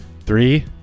Three